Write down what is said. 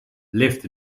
lived